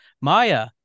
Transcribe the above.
Maya